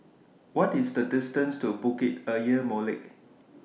What IS The distance to Bukit Ayer Molek